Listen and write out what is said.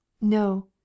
No